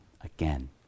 again